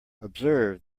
observe